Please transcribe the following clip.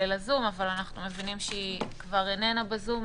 הזום אבל אנחנו מבינים שהיא כבר איננה בזום.